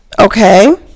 Okay